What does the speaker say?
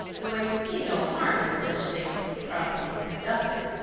though i can see no harm in such things when properly conducted.